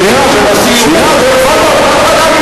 שנשיא אולי ישב בכלא.